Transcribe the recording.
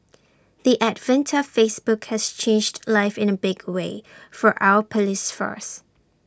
the advent of Facebook has changed life in A big way for our Police force